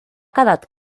quedat